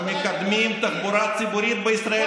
אנחנו מקדמים תחבורה ציבורית בישראל,